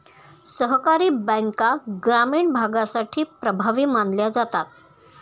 सहकारी बँका ग्रामीण भागासाठी प्रभावी मानल्या जातात